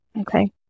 okay